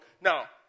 Now